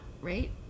right